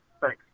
Thanks